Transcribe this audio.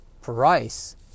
price